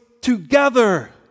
together